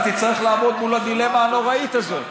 אתה תצטרך לעמוד מול הדילמה הנוראית הזאת.